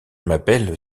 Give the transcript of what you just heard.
m’appelle